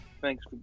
Thanks